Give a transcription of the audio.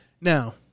Now